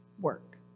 work